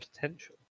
potential